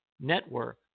network